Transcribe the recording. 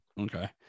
okay